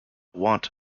want